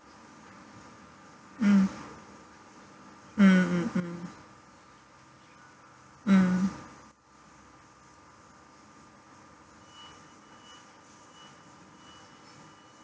mm mm mm mm mm